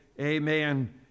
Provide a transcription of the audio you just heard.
Amen